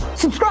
subscribe!